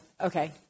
okay